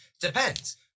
Depends